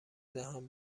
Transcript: دهم